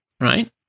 right